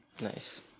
Nice